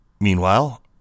Meanwhile